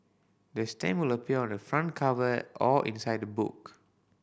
the stamp will appear on the front cover or inside the book